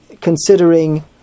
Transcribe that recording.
considering